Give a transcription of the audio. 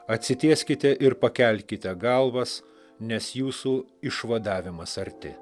atsitieskite ir pakelkite galvas nes jūsų išvadavimas arti